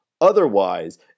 Otherwise